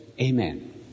Amen